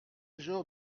genre